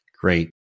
Great